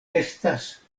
estas